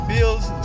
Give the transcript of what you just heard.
Feels